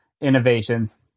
innovations